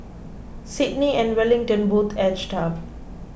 Sydney and Wellington both edged up